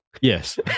Yes